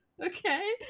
Okay